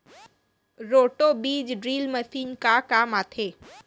Roto बीज drill machine का काम आथे?